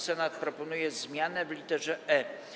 Senat proponuje zmianę w lit. e.